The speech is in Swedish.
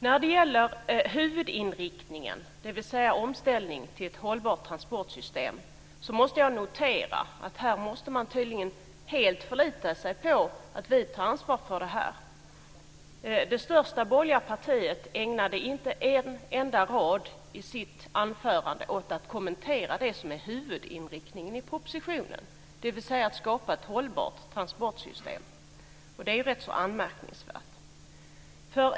När det gäller huvudinriktningen, dvs. omställningen till ett hållbart transportsystem, måste jag notera att här måste man tydligen helt förlita sig på att vi tar ansvar för detta. Från det största borgerliga partiet ägnades inte en enda rad i anförandet åt att kommentera det som är huvudinriktningen i propositionen, alltså att skapa ett hållbart transportsystem. Detta är rätt så anmärkningsvärt.